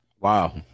Wow